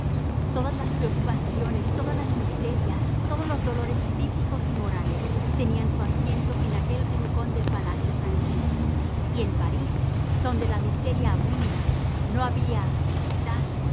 todas las preocupaciones todas las miserias todos los dolores físicos y morales tenían su asiento en aquel rincón del palacio sanglié y en parís donde la miseria abunda no había quizás